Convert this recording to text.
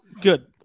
Good